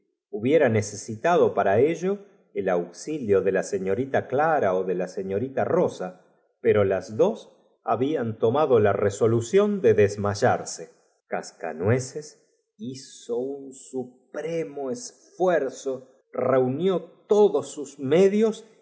hiera necesitado para ello el auxilio de la y vencijos desaparecieron como por en señorita clara ó de la seño rita rosa pero cauto marfa sintió en el brazo lastimado las dos habían tomado la resolución de un dolor más vivo que nunca quiso acer desmayarse cascanueces hizo un supr e carse á una silla y sentarse pero le falta mo esfuerzo reunió todos sus medios